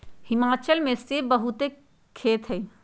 हिमाचल में सेब के बहुते खेत हई